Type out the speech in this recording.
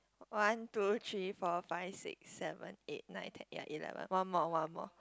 one two three four five six seven eight nine ten ya eleven one more one more